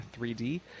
3D